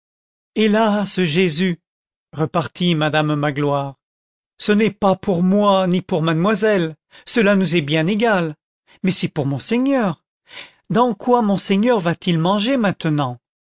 hélas jésus repartit madame magloire ce n'est pas pour moi ni pour mademoiselle cela nous est bien égal mais c'est pour monseigneur dans quoi monseigneur va-t-il manger maintenant